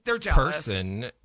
person